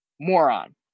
moron